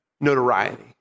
notoriety